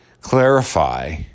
clarify